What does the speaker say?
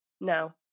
no